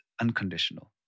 unconditional